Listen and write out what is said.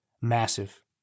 massive